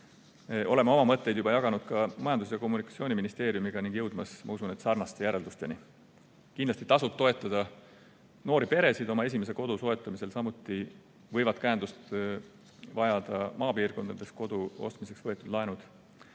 Oleme oma mõtteid jaganud ka Majandus- ja Kommunikatsiooniministeeriumiga ning jõudmas, ma usun, sarnaste järeldusteni. Kindlasti tasub toetada noori peresid oma esimese kodu soetamisel. Samuti võivad käendust vajada maapiirkondades kodu ostmiseks võetud laenud.